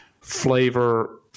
flavor